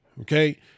Okay